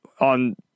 on